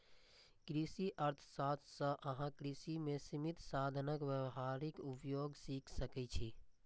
कृषि अर्थशास्त्र सं अहां कृषि मे सीमित साधनक व्यावहारिक उपयोग सीख सकै छी